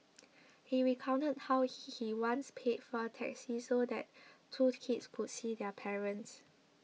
he recounted how he he once paid for a taxi so that two kids could see their parents